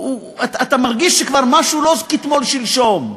אתה מרגיש שמשהו כבר לא כתמול-שלשום,